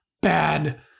bad